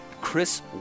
Chris